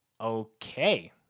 Okay